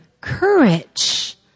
courage